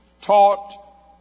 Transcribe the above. taught